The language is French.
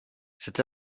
cet